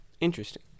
Interesting